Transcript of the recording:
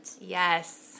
Yes